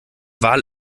wal